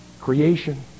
Creation